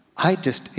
i just,